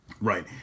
Right